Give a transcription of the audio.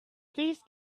please